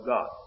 God